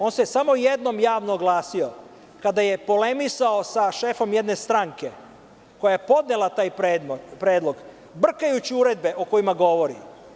On se samo jednom javno oglasio kada je polemisao sa šefom jedne stranke, koja je podnela taj predlog, brkajući uredbe o kojima govori.